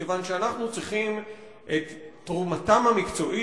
מכיוון שאנחנו צריכים את תרומתם המקצועית